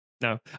No